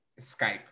Skype